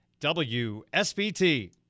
WSBT